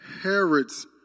Herod's